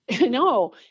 No